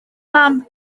mam